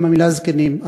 גם המילה זקנים,